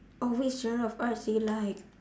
oh which genre of arts do you like